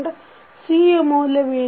C ಯ ಮೌಲ್ಯವೇನು